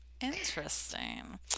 interesting